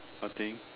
nothing